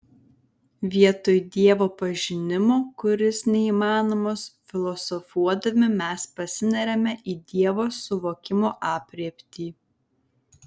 vietoj dievo pažinimo kuris neįmanomas filosofuodami mes pasineriame į dievo suvokimo aprėptį